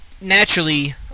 naturally